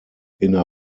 inner